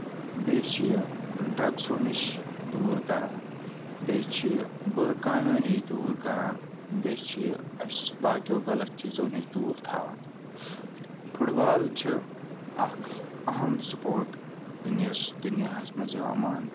بیٚیہِ چھُ یہِ ڈرگسو نِش دوٗر کران بیٚیہِ چھُ یہِ بُرٕ کامیو نِش دوٗر کران بیٚیہِ چھُ یہِ اَسہِ باقیو غلط چیٖزَو نِش دوٗر تھاوان فُٹ بال چھُ اکھ اَہم سُپوٹ یُس دُنیاہَس منٛز یِوان ماننہٕ